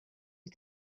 but